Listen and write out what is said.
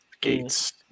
Gates